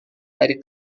dari